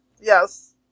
Yes